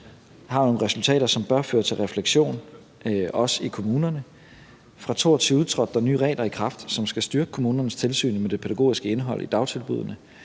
har nogle resultater, som bør føre til refleksion, også i kommunerne. Fra 2022 trådte der nye regler i kraft, som skal styrke kommunernes tilsyn med det pædagogiske indhold i dagtilbuddene,